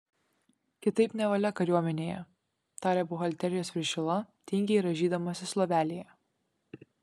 kitaip nevalia kariuomenėje tarė buhalterijos viršila tingiai rąžydamasis lovelėje